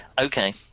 okay